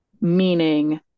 meaning